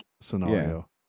scenario